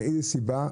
מאיזו סיבה?